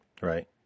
Right